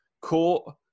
caught